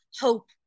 hope